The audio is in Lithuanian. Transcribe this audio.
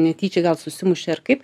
netyčia gal susimušė ar kaip